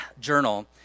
journal